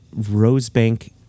Rosebank